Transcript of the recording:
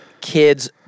kids